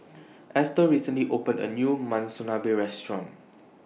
Estelle recently opened A New Monsunabe Restaurant